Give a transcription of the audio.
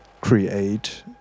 create